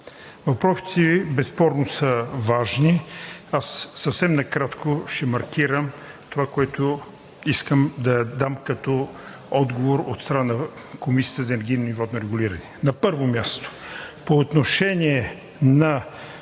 въпросите безспорно са важни. Аз съвсем накратко ще маркирам това, което искам да дам като отговор от страна на Комисията за енергийно и водно регулиране.